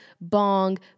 bong